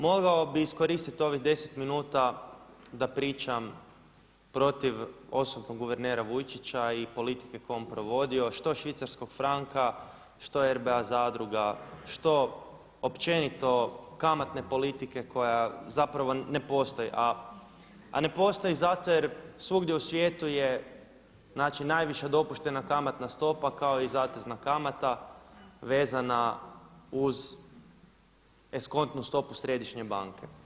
Mogao bih iskoristi ovih 10 minuta da pričam protiv … guvernera Vujčića i politike koju je on provodio, što švicarskog franka, što RBA zadruga, što općenito kamatne politike koja zapravo ne postoji a ne postoji zato jer svugdje u svijetu je, znači najviša dopuštena kamatna stopa kao i zatezna kamata vezana uz eskontnu stopu središnje banke.